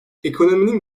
ekonominin